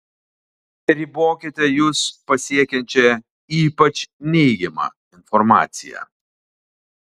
ribokite jus pasiekiančią ypač neigiamą informaciją